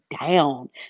down